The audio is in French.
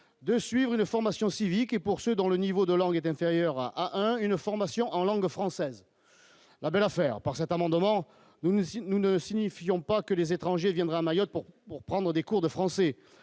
de suivre une formation civique et pour ceux dont le niveau de langue est inférieur à 1 une formation en langue française, la belle affaire par cet amendement, nous ne nous ne signifie ont pas que les étrangers viendra Mayotte pour pour prendre des cours de français,